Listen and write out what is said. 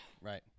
Right